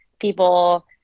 people